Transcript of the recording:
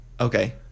Okay